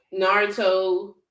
Naruto